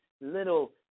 little